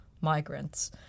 migrants